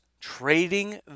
trading